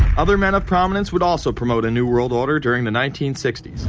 other men of prominence would also promote a new world order during the nineteen sixty s,